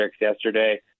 yesterday